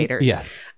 Yes